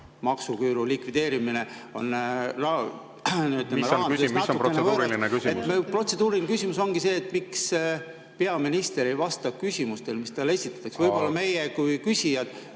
maksuküüru likvideerimine … Mis on protseduuriline küsimus? Protseduuriline küsimus ongi see, miks peaminister ei vasta küsimustele, mis talle esitatakse. Võib-olla meie kui küsijad